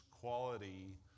quality